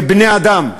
כבני-אדם,